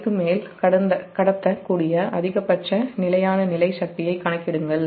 வரிக்கு மேல் கடத்தக் கூடிய அதிகபட்ச நிலையான நிலை சக்தியைக் கணக்கிடுங்கள்